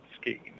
scheme